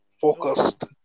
focused